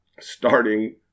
starting